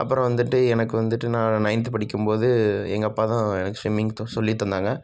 அப்புறம் வந்துட்டு எனக்கு வந்துட்டு நான் நைன்த்து படிக்கும்போது எங்கள் அப்பா தான் எனக்கு ஸ்விம்மிங் சொ சொல்லித் தந்தாங்க